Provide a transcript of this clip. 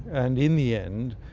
and in the end,